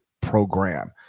program